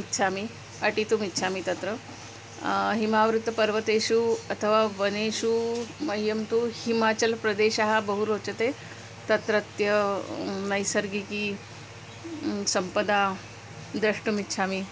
इच्छामि अटितुम् इच्छामि तत्र हिमावृतपर्वतेषु अथवा वनेषु मह्यं तु हिमाचल्प्रदेशः बहु रोचते तत्रत्य नैसर्गिकी सम्पदं द्रष्टुमिच्छामि